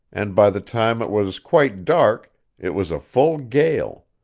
and by the time it was quite dark it was a full gale.